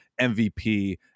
MVP